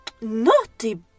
Naughty